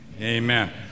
amen